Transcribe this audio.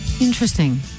Interesting